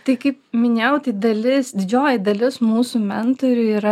tai kaip minėjau tai dalis didžioji dalis mūsų mentorių yra